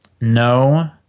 No